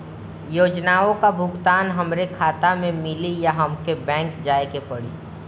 योजनाओ का भुगतान हमरे खाता में मिली या हमके बैंक जाये के पड़ी?